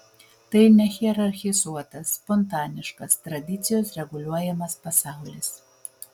tai nehierarchizuotas spontaniškas tradicijos reguliuojamas pasaulis